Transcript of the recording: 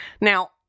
Now